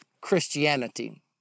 Christianity